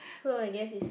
so I guess is